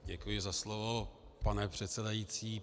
Děkuji za slovo, pane předsedající.